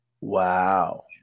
Wow